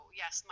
yes